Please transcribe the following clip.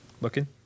Looking